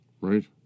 Right